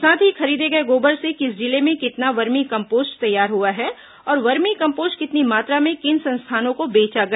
साथ ही खरीदे गए गोबर से किस जिले में कितना वर्मी कम्पोस्ट तैयार हुआ है और वर्मी कम्पोस्ट कितनी मात्रा में किन संस्थाओं को बेचा गया